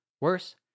Worse